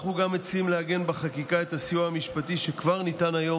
אנחנו גם מציעים לעגן בחקיקה את הסיוע המשפטי שכבר ניתן היום